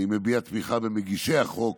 אני מביע תמיכה במגישי החוק,